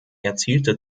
erzielte